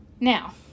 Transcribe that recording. Now